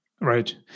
Right